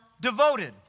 devoted